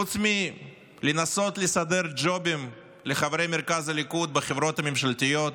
חוץ מלנסות לסדר ג'ובים לחברי מרכז הליכוד בחברות הממשלתיות,